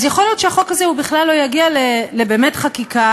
אז יכול להיות שהחוק הזה לא יגיע בכלל לחקיקה,